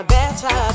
better